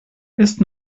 ist